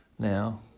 Now